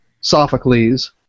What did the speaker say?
Sophocles